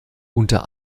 unter